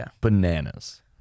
bananas